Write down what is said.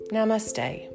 Namaste